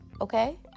Okay